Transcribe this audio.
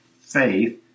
faith